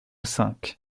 cinq